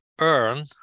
earn